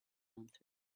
answered